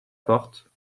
porte